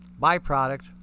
byproduct